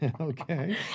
okay